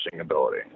ability